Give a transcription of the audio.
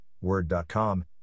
word.com